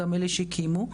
גם אלה קיימו אותם.